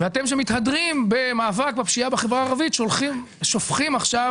ואתם שמתהדרים במאבק בפשיעה בחברה הערבית שופכים עכשיו